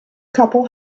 couple